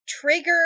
Trigger